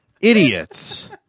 Idiots